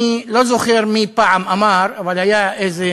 אני לא זוכר מי פעם אמר, אבל היה איזה